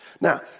Now